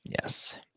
Yes